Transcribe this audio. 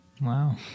wow